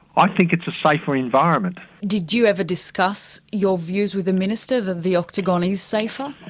i think it's a safer environment. did you ever discuss your views with the minister, that the octagon is safer?